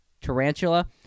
tarantula